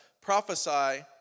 prophesy